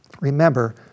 remember